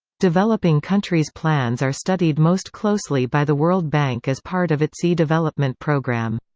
developing countries' plans are studied most closely by the world bank as part of its e-development program.